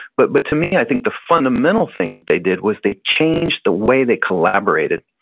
but but to me, i think the fundamental thing that they did was they changed the way they collaborated.